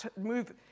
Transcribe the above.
move